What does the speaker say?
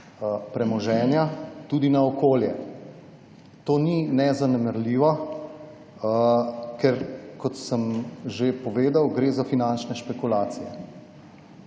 premoženja tudi na okolje. To ni nezanemarljivo, ker kot sem že povedal, gre za finančne špekulacije.